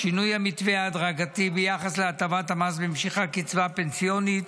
שינוי המתווה ההדרגתי ביחס להטבת המס במשיכת קצבה פנסיונית,